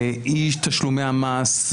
אי תשלומי המס,